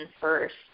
first